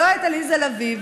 לא את עליזה לביא,